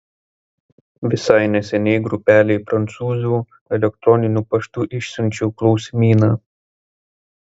visai neseniai grupelei prancūzių elektroniniu paštu išsiunčiau klausimyną